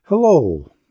Hello